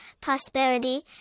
prosperity